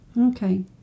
Okay